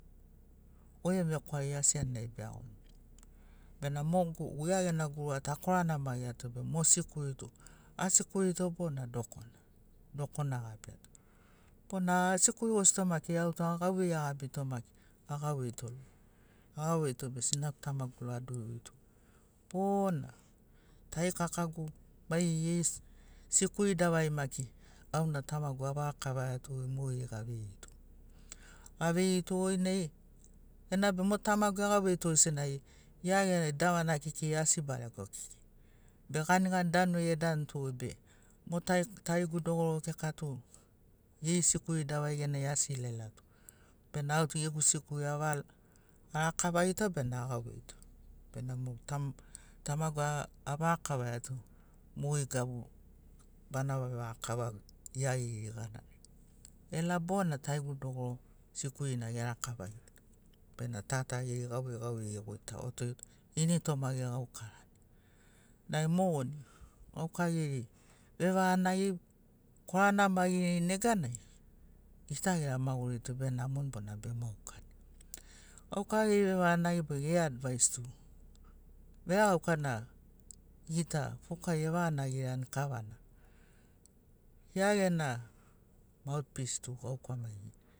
Goi gemu vekwaragi asi aninai beagoni bena mo gu gia gena guruga tu akoranamagiato be mo sikuli tu a sikuli to mu dokona dokona agabiato bona a sikulito gosi maki au tu gauvei agabito agabito maki autu agauveito be sinagu tamagu adururito bona tarikakagu maigeri gesi sikuli davari maki auna tamagu avaga kavaiato mogeri aveirito aveirito nai enabe mo tamagu egauveito senagi gia davana kekei asi barego kekei be ganigani danuri edanto be mo tarigu dogoro kika tu geri sikuri davari genai asi eilailato bena autu gegu sikuli aval arakavagito bena agauveito bena mo ta tamagu avakavaiato mogeri gabu bana vevakava iagirigana ela bona tarigu dogoro sikuri na erakavagito bena ta ta geri gauvei gauvei egoitagoto ini toma ge gaukarani nai mogoni gauka geri vevaganagi bo koranamagirini neganai gita gera maguri tu benamoni bona bemaukani gauka geri vevaganagi be advais tu veregaukana gita fukai evanagirani kavana gia gena maotpis tu gauka maigeri